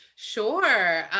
Sure